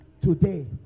Today